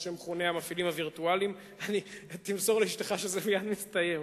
מה שמכונה "מפעילים וירטואליים" תמסור לאשתך שזה מייד מסתיים,